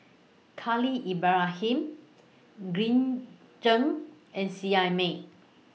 Khalil Ibrahim Green Zeng and Seet Ai Mee